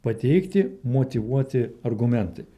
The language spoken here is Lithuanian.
pateikti motyvuoti argumentai